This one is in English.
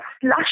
slush